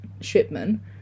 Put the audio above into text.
shipman